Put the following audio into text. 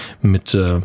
mit